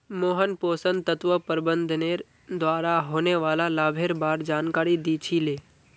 मोहन पोषण तत्व प्रबंधनेर द्वारा होने वाला लाभेर बार जानकारी दी छि ले